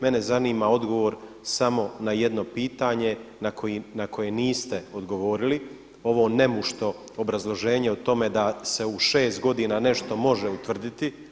Mene zanima odgovor samo na jedno pitanje na koje niste odgovorili, ovo nemušto obrazloženje o tome da se u 6 godina nešto može utvrditi.